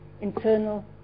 internal